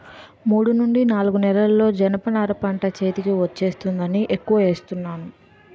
మూడు నుండి నాలుగు నెలల్లో జనప నార పంట చేతికి వచ్చేస్తుందని ఎక్కువ ఏస్తున్నాను